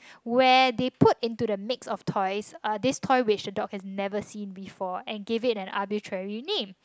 where they put into the mix of toys uh this toy which the dog has never seen before and give it an arbitrary name